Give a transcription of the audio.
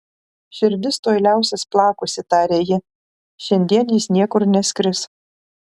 širdis tuoj liausis plakusi tarė ji šiandien jis niekur neskris